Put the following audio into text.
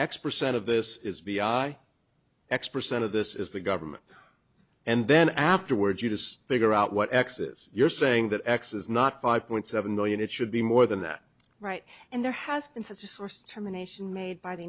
x percent of this is vi x percent of this is the government and then afterwards you just figure out what x is you're saying that x is not five point seven million it should be more than that right and there has been such a source terminations made by the